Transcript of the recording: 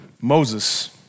Moses